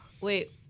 Wait